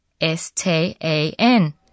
S-T-A-N